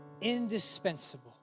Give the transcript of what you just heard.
indispensable